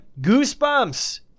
Goosebumps